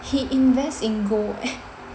he invest in gold eh